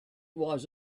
was